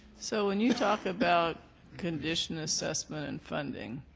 so when you talk about condition assessment and funding